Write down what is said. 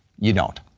you don't.